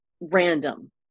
random